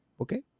Okay